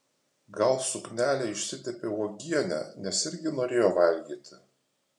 gal suknelė išsitepė uogiene nes irgi norėjo valgyti